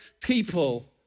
people